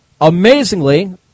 amazingly